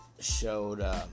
showed